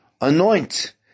anoint